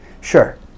Sure